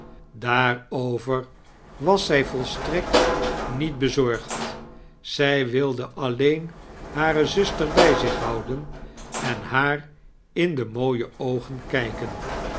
daarover was zij volstrekt niet bezorgd zij wilde alleen hare zuster bij zich houden en haar in de mooie oogen kijken